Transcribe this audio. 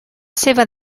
seva